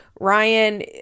Ryan